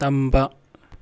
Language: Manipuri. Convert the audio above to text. ꯇꯝꯕ